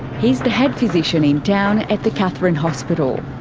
he's the head physician in town at the katherine hospital.